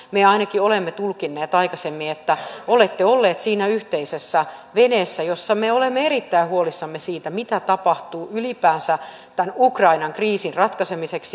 me ainakin olemme tulkinneet aikaisemmin että olette olleet siinä yhteisessä veneessä jossa me olemme erittäin huolissamme siitä mitä tapahtuu ylipäänsä tämän ukrainan kriisin ratkaisemiseksi